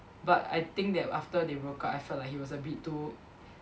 but I think that after they broke up I felt like he was a bit too